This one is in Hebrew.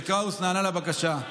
וקראוס נענה לבקשה.